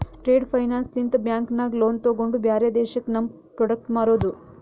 trade finance ಲಿಂತ bank ನಾಗ್ loan ತೊಗೊಂಡು ಬ್ಯಾರೆ ದೇಶಕ್ಕ ನಮ್ ಪ್ರೋಡಕ್ಟ್ ಮಾರೋದು